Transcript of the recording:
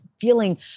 feeling